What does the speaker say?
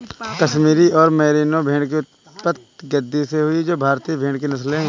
कश्मीर और मेरिनो भेड़ की उत्पत्ति गद्दी से हुई जो भारतीय भेड़ की नस्लें है